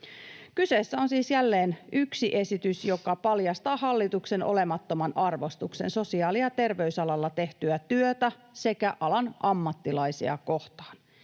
Kyseessä on siis jälleen yksi esitys, joka paljastaa hallituksen olemattoman arvostuksen sosiaali- ja terveysalalla tehtyä työtä sekä alan ammattilaisia kohtaan.